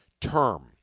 term